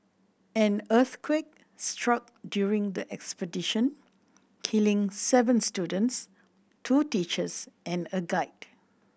an earthquake struck during the expedition killing seven students two teachers and a guide